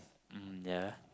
mmhmm ya